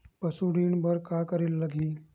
पशु ऋण बर का करे ला लगही?